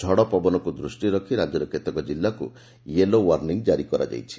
ଝଡ଼ପବନକୁ ଦୃଷ୍ଟିରେ ରଖି ରାଜ୍ୟର କେତେ କିଲ୍ଲାକୁ ୟେଲୋ ଓ୍ୱାର୍ଷିଂ ଜାରି କରାଯାଇଛି